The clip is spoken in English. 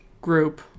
group